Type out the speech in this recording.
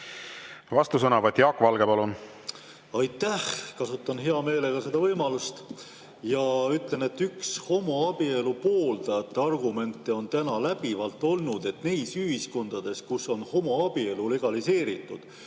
Vastusõnavõtt, Jaak Valge, palun!